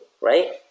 right